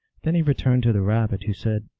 then he returned to the rabbit, who said,